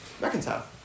reconcile